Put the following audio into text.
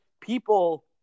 people